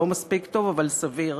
לא מספיק טוב אבל סביר,